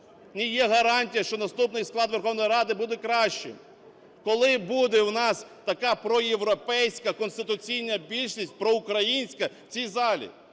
Не є гарантія, що наступний склад Верховної Ради буде кращим. Коли буде у нас така проєвропейська конституційна більшість проукраїнська в цій залі?